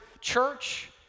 church